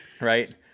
Right